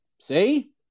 See